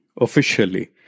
officially